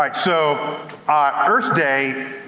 like so ah earth day,